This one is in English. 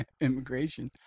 immigration